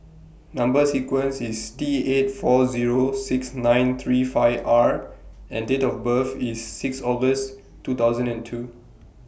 Number sequence IS T eight four Zero six nine three five R and Date of birth IS six August two thousand and two